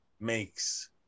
makes